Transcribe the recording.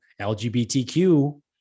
LGBTQ